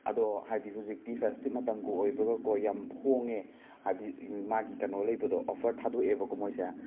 ꯑꯗꯣ ꯍꯥꯏꯗꯤ ꯍꯨꯖꯤꯛꯇꯤ ꯐꯦꯁꯇꯤꯞ ꯃꯇꯝꯒ ꯑꯣꯏꯕꯒꯀꯣ ꯌꯥꯝ ꯍꯣꯡꯉꯦ ꯍꯥꯏꯗꯤ ꯃꯥꯒꯤ ꯀꯩꯅꯣ ꯂꯩꯕꯗꯣ ꯑꯣꯐꯔ ꯊꯥꯗꯣꯛꯑꯦꯕꯀꯣ ꯃꯣꯏꯁꯦ